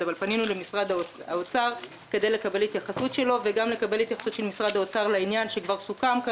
פנינו למשרד האוצר כדי לקבל את ההתייחסות שלו לעניין שכבר סוכם,